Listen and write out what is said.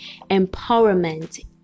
empowerment